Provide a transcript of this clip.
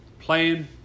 Playing